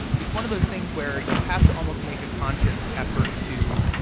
it's one of those things where you have to almost make a conscious effort to